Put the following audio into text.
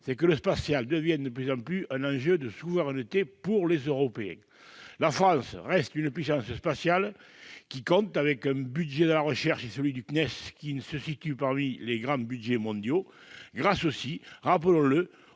c'est que le spatial devient de plus en plus un enjeu de souveraineté pour les Européens. La France reste une puissance spatiale qui compte, avec un budget de la recherche et un budget du CNES (Centre national d'études spatiales) parmi les grands budgets mondiaux ; grâce aussi, rappelons-le,